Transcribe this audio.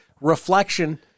reflection